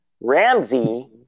Ramsey